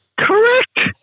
Correct